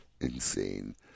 Insane